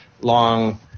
long